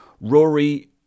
Rory